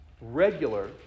regular